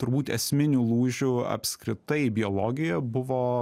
turbūt esminių lūžių apskritai biologijoje buvo